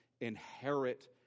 inherit